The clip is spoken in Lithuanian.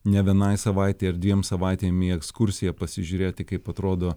ne vienai savaitei ar dviem savaitėm į ekskursiją pasižiūrėti kaip atrodo